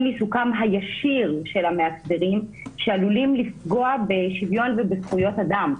עיסוקם הישיר של המאסדרים שעלולים לפגוע בשוויון ובזכויות אדם.